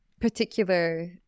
particular